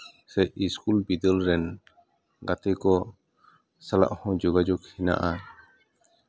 ᱥᱮ ᱤᱥᱠᱩᱞ ᱵᱤᱫᱟᱹᱞ ᱨᱮᱱ ᱜᱟᱛᱮ ᱠᱚ ᱥᱟᱞᱟᱜ ᱦᱚᱸ ᱡᱳᱜᱟᱡᱳᱜᱽ ᱦᱮᱱᱟᱜᱼᱟ